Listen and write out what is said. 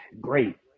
Great